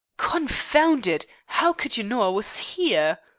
confound it, how could you know i was here?